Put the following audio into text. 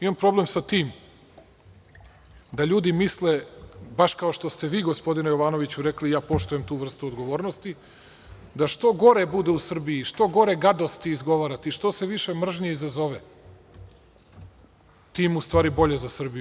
Ima problem sa tim da ljudi misle, baš kao što ste vi gospodine Jovanoviću rekli, ja poštujem tu vrstu odgovornosti, da što gore bude u Srbiji, što gore gadosti izgovarate i što više mržnje izazove, tim u stvari bolje za Srbiju.